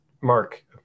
Mark